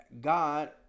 God